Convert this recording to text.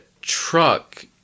truck